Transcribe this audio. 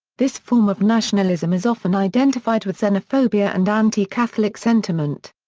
this form of nationalism is often identified with xenophobia and anti-catholic sentiment.